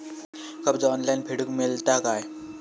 कर्ज ऑनलाइन फेडूक मेलता काय?